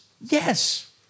yes